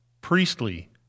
priestly